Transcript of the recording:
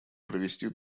провести